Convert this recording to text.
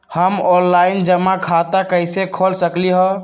हम ऑनलाइन जमा खाता कईसे खोल सकली ह?